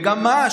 וגם מה?